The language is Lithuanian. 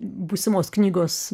būsimos knygos